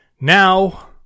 Now